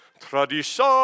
Tradition